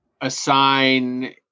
assign